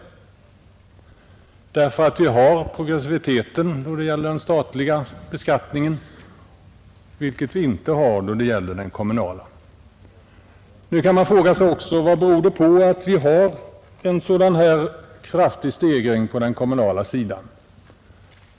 Den statliga skatten utgår ju efter en progressiv skala, vilket inte är fallet med den kommunala skatten. Nu kan man fråga sig vad en sådan kraftig stegring i kommunalskatten kan bero på.